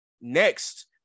next